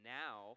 now